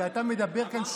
אני מבקש שתתחיל.